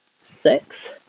six